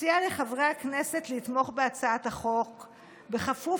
אציע לחברי הכנסת לתמוך בהצעת החוק בכפוף